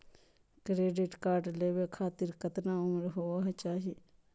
Credit card लेवे खातीर कतना उम्र होवे चाही?